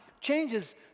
changes